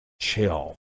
chill